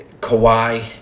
Kawhi